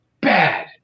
bad